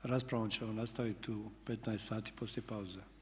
S raspravom ćemo nastaviti u 15 sati poslije pauze.